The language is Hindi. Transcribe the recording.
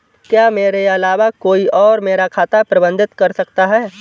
क्या मेरे अलावा कोई और मेरा खाता प्रबंधित कर सकता है?